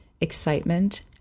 excitement